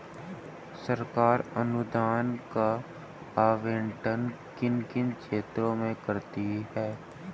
सरकार अनुदान का आवंटन किन किन क्षेत्रों में करती है?